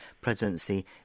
presidency